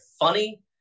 funny